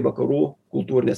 vakarų kultūrines